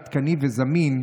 עדכני וזמין,